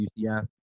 UCF